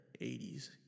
80s